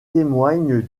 témoignent